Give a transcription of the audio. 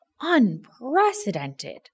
unprecedented